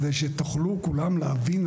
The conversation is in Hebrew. כדי שכולכם תוכלו להבין,